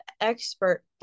expert